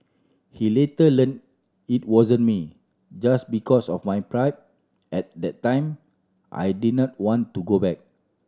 he later learn it wasn't me just because of my pride at the time I didn't want to go back